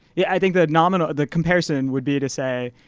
yeah i think the and um and the comparison would be to say